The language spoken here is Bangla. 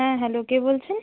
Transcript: হ্যাঁ হ্যালো কে বলছেন